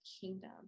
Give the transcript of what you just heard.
kingdom